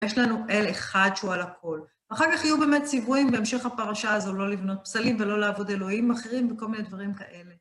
יש לנו אל אחד שהוא על הכול. אחר כך יהיו באמת ציוויים בהמשך הפרשה הזו לא לבנות פסלים ולא לעבוד אלוהים אחרים וכל מיני דברים כאלה.